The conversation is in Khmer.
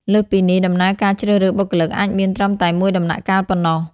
លើសពីនេះ ដំណើរការជ្រើសរើសបុគ្គលិកអាចមានត្រឹមតែមួយដំណាក់កាលប៉ុណ្ណោះ។